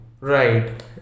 right